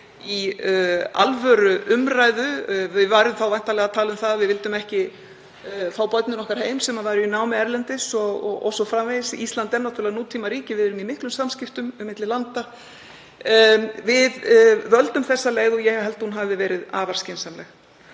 í alvöruumræðu. Við værum þá væntanlega að tala um að við vildum ekki fá börnin okkar heim sem væru í námi erlendis o.s.frv. Ísland er náttúrlega nútímaríki og við erum í miklum samskiptum milli landa. Við völdum þessa leið og ég held að hún hafi verið afar skynsamleg.